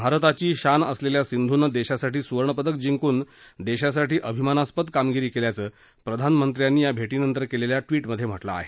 भारताची शान असलेल्या सिंधूनं देशासाठी सुवर्णपदक जिंकून देशासाठी अभिमानास्पद कामगिरी केल्याचं प्रधानमंत्र्यांनी या भेटीनंतर केलेल्या ट्विटमधे म्हटलं आहे